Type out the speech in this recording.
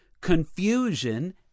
confusion